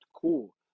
cool